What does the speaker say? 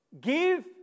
Give